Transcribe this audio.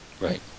Right